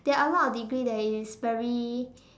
there are a lot of degree that is very